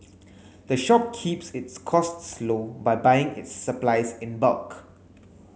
the shop keeps its costs low by buying its supplies in bulk